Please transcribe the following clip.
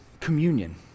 communion